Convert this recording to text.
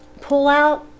pullout